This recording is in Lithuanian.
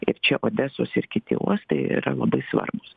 ir čia odesos ir kiti uostai yra labai svarbūs